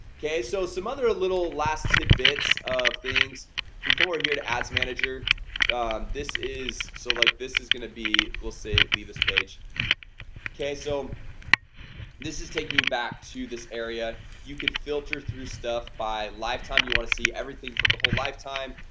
okay, so some other ah little last tidbits of things if we come over here to ads manager this is so like this is gonna. be will save leave this page okay, so this is taking you back to this area you can filter through stuff by lifetime you want to see everything for the whole lifetime?